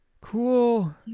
cool